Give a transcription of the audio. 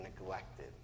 neglected